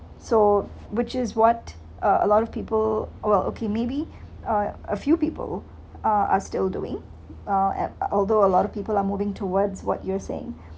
so which is what uh lot of people while okay maybe uh a few people uh are still doing uh although a lot of people are moving towards what you're saying